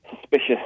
suspicious